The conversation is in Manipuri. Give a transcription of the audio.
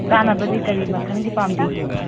ꯆꯥꯅꯕꯗꯤ ꯀꯔꯤ ꯃꯈꯟꯒꯤ ꯄꯥꯝꯕꯤꯒꯦ